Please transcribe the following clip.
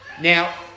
Now